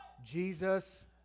Jesus